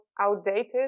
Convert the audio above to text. outdated